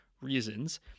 reasons